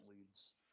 leads